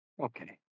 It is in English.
Okay